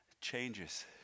changes